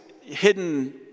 hidden